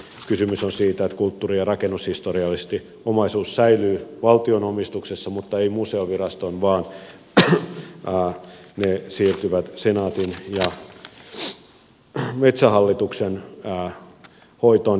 kysymys on siitä että kulttuuri ja rakennushistoriallisesti omaisuus säilyy valtion omistuksessa mutta ei museoviraston vaan se siirtyy senaatin ja metsähallituksen hoitoon